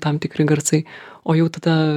tam tikri garsai o jau tada